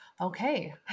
Okay